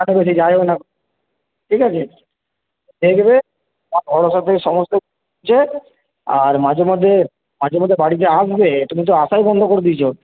ঠিক আছে দেখবে সমস্ত হিসেব আর মাঝেমধ্যে মাঝেমধ্যে বাড়িতে আসবে তুমি তো আসাই বন্ধ কর দিয়েছ